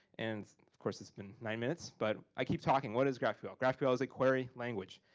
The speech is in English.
and, of course it's been nine minutes, but i keep talking. what is graphql? graphql is a query language.